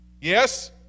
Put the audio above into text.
yes